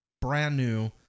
brand-new